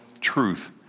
truth